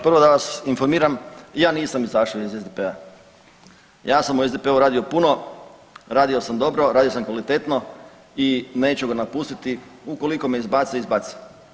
Prvo da vas informiram, ja nisam izašao iz SDP-a, ja sam u SDP-u radio puno, radio sam dobro, radio sam kvalitetno i neću ga napustiti, ukoliko me izbace, izbace.